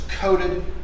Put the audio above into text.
coated